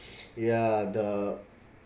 yeah the